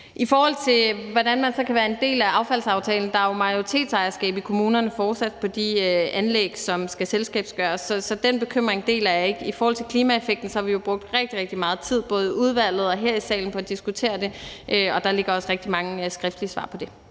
I forhold til hvordan man så kan være en del af affaldsaftalen, vil jeg sige, at der jo fortsat er majoritetsejerskab i kommunerne i forhold til de anlæg, som skal selskabsgøres, så den bekymring deler jeg ikke. I forhold til klimaeffekten har vi jo brugt rigtig, rigtig meget tid, både i udvalget og her i salen, på at diskutere det, og der ligger også rigtig mange skriftlige svar på det.